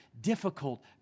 difficult